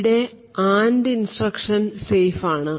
ഇവിടെ AND instruction safe ആണ്